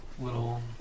little